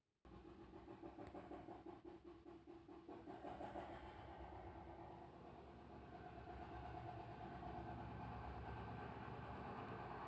नया काउंसलर सफाईर कामत उत्सुक छ